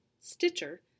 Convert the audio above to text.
Stitcher